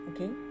Okay